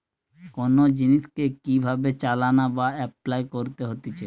কোন জিনিসকে কি ভাবে চালনা বা এপলাই করতে হতিছে